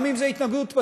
גם אם זו התנגדות פסיבית,